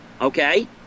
okay